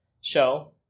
show